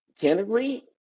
Candidly